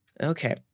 okay